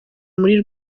muri